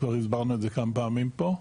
כבר הסברנו את זה כמה פעמים פה,